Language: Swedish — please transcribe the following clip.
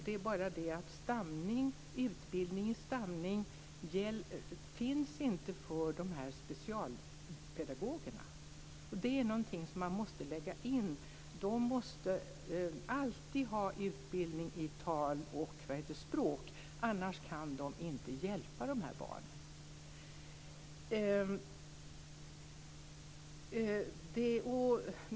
Det är bara det att utbildning i fråga om stamning inte finns för de här specialpedagogerna. Det är något som man måste lägga in här. De måste alltid ha utbildning i tal och språk, för annars kan de inte hjälpa de här barnen.